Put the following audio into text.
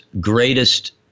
greatest